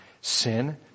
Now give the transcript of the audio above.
sin